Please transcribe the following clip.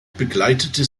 begleitete